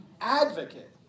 advocate